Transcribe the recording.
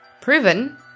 Proven